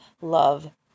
love